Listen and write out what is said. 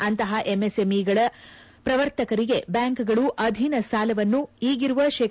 ಅಂತಪ ಎಂಎಸ್ಎಂಇಗಳ ಪ್ರವರ್ತಕರಿಗೆ ಬ್ಯಾಂಕುಗಳು ಅಧೀನ ಸಾಲವನ್ನು ಈಗಿರುವ ಶೇ